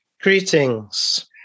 Greetings